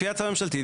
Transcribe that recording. לפי ההצעה הממשלתית,